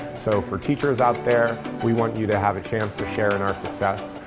so, for teachers out there, we want you to have a chance to share in our success.